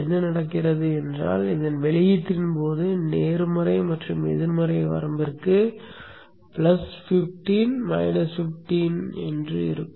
என்ன நடக்கிறது என்றால் இதன் வெளியீட்டின் போது நேர்மறை மற்றும் எதிர்மறை வரம்பிற்கு 15 மற்றும் 15 ஆக மாறும்